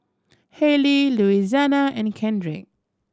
Hailey Louisiana and Kendrick